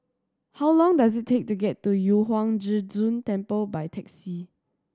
how long does it take to get to Yu Huang Zhi Zun Temple by taxi